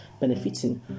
Benefiting